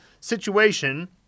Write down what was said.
situation